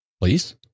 Please